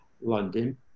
London